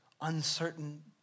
uncertain